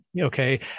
Okay